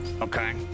Okay